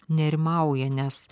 nerimauja nes